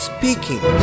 Speaking